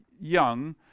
young